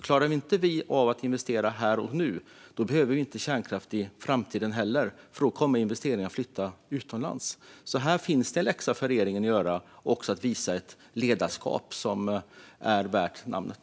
Klarar vi inte av att investera här och nu behöver vi inte kärnkraft i framtiden heller, för då kommer investeringar att flytta utomlands. Här finns det en läxa för regeringen att göra. Det handlar också om att visa ett ledarskap som är värt namnet.